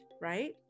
right